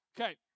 Okay